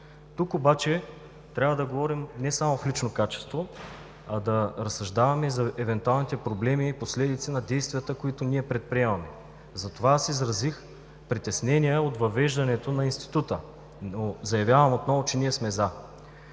Тук обаче трябва да говорим не само в лично качество, а да разсъждаваме и за евентуалните проблеми и последици на действията, които ние предприемаме. Затова аз изразих притеснения от въвеждането на института, но заявявам отново, че ние сме „за“.